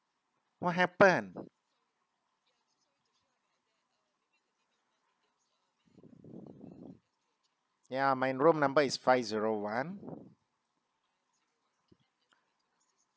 what happened ya my room number is five zero one